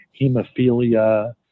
hemophilia